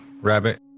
Rabbit